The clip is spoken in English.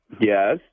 Yes